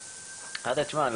אמרתי להם תשמעו,